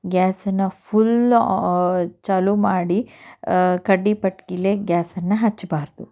ಗ್ಯಾಸನ್ನು ಫುಲ್ ಚಾಲೂ ಮಾಡಿ ಕಡ್ಡಿ ಪಟ್ಕಿಲೇ ಗ್ಯಾಸನ್ನು ಹಚ್ಚಬಾರದು